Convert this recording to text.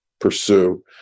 pursue